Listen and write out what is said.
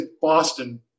Boston